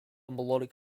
melodic